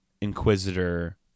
Inquisitor